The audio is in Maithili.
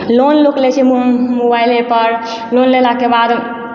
लोन लोक लै छै मो मोबाइलेपर लोन लेलाके बाद